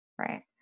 right